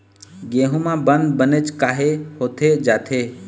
गेहूं म बंद बनेच काहे होथे जाथे?